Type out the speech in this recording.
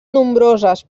nombroses